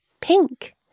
Pink